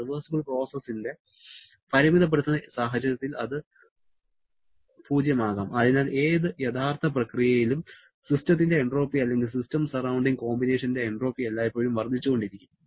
reversible പ്രോസസ്സിന്റെ പരിമിതപ്പെടുത്തുന്ന സാഹചര്യത്തിൽ അത് 0 ആകാം അതിനാൽ ഏത് യഥാർത്ഥ പ്രക്രിയയിലും സിസ്റ്റത്തിന്റെ എൻട്രോപ്പി അല്ലെങ്കിൽ സിസ്റ്റം സറൌണ്ടിങ് കോമ്പിനേഷന്റെ എൻട്രോപ്പി എല്ലായ്പ്പോഴും വർദ്ധിച്ചുകൊണ്ടിരിക്കും